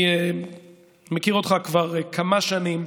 אני מכיר אותך כבר כמה שנים,